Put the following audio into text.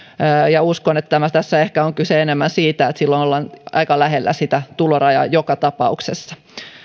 ja uskon että tässä ehkä on kyse enemmän siitä että silloin ollaan aika lähellä sitä tulorajaa joka tapauksessa